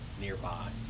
nearby